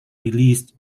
released